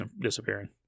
disappearing